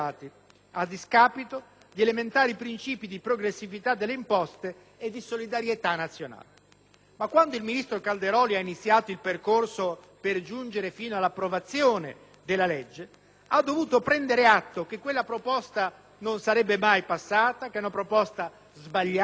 a discapito di elementari principi di progressività delle imposte e di solidarietà nazionale. Ma quando il ministro Calderoli ha iniziato il percorso per giungere all'approvazione della legge, ha dovuto prendere atto che quella proposta non sarebbe mai passata, che era sbagliata